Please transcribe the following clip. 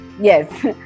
Yes